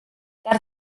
dar